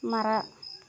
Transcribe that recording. ಮರ